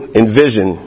envision